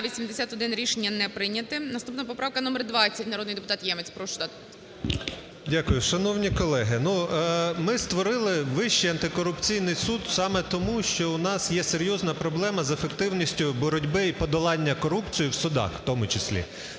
Дякую. Шановні колеги, ми створили Вищий антикорупційний суд саме тому, що у нас є серйозна проблема з ефективністю боротьби і подолання корупції в судах в тому числі,